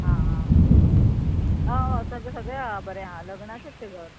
आं होय तशें सगळे सगळे आहा बरें आहा लग्नाचेच ते घर